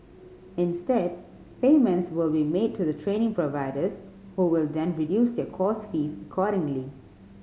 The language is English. instead payments will be made to the training providers who will then reduce their course fees accordingly